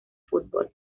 fútbol